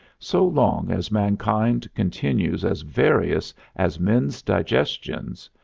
so long as mankind continues as various as men's digestions,